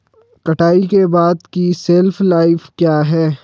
कटाई के बाद की शेल्फ लाइफ क्या है?